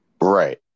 Right